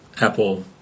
Apple